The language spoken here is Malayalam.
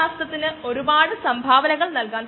ഒരു നീരാവിയും ലാബിന് പുറത്തോട്ട് പോകാൻ അനുവദിക്കുന്നില്ല